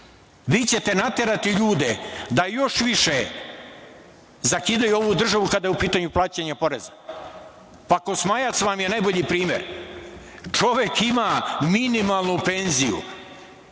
vi ćete naterati ljude da još više zakidaju ovu državu kada je u pitanju plaćanje poreza. Kosmajac vam je najbolji primer. Čovek ima minimalnu penziju.